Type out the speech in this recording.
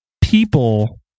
people